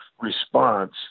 response